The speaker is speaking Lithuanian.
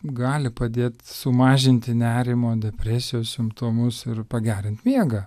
gali padėt sumažinti nerimo depresijos simptomus ir pagerint miegą